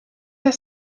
der